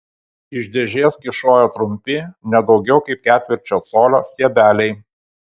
iš dėžės kyšojo trumpi ne daugiau kaip ketvirčio colio stiebeliai